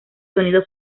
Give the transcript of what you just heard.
sonido